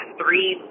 three